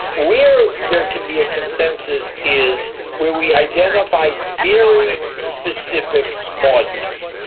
where there can be a consensus is where we identified very specific causes,